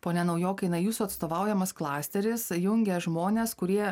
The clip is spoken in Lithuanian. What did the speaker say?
pone naujokai na jūsų atstovaujamas klasteris jungia žmones kurie